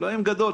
אלוהים גדול,